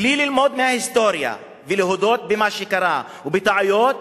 בלי ללמוד מההיסטוריה ולהודות במה שקרה, ובטעויות,